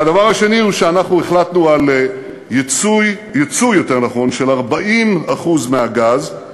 והדבר השני הוא שאנחנו החלטנו על ייצוא של 40% מהגז,